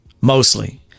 Mostly